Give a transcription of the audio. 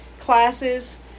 classes